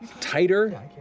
tighter